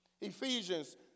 Ephesians